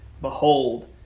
Behold